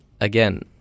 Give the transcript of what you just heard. again